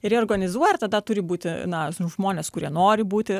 ir jie organizuoja tada turi būti na žmonės kurie nori būti